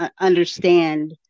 understand